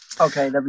Okay